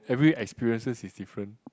every experiences is different